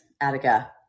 Attica